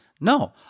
No